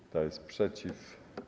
Kto jest przeciw?